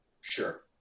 Sure